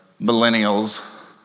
millennials